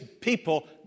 people